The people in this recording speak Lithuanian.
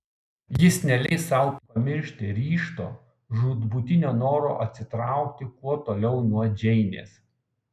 jis neleis sau pamiršti ryžto žūtbūtinio noro atsitraukti kuo toliau nuo džeinės